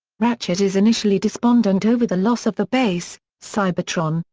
ratchet is initially despondent over the loss of the base, cybertron,